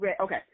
Okay